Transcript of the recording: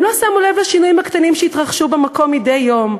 הם לא שמו לב לשינויים הקטנים שהתרחשו במקום מדי יום,